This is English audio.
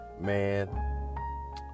Man